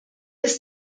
ist